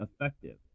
effective